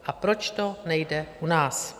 A proč to nejde u nás?